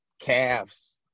calves